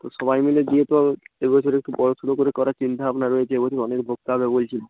তো সবাই মিলে দিয়ে তো এবছরে একটু বড়সড় করে করার চিন্তা ভাবনা রয়েছে এবছর অনেক ভোগ খাওয়াবে বলছেন